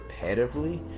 repetitively